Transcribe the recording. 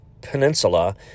Peninsula